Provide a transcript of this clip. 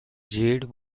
jade